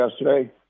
yesterday